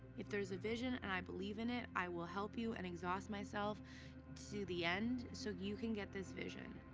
if there's a vision and i believe in it, i will help you and exhaust myself to the end so you can get this vision.